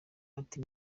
ati